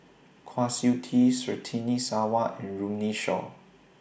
Kwa Siew Tee Surtini Sarwan and Runme Shaw